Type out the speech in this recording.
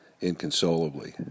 inconsolably